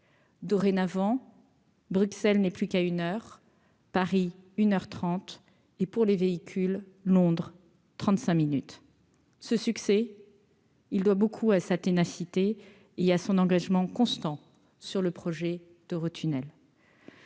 dorénavant, Bruxelles n'est plus qu'à une heure Paris une heure 30 et pour les véhicules Londres trente-cinq minutes ce succès, il doit beaucoup à sa ténacité, il y a son engagement constant sur le projet d'Eurotunnel.